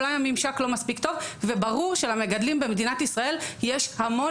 אולי הממשק לא מספיק טוב וברור שלמגדלים במדינת ישראל יש המון